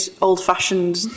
old-fashioned